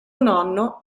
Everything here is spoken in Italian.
nonno